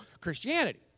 Christianity